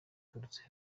uturutse